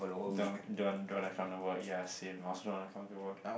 don't don't don't I come over boss yes say boss you want to come over